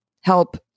help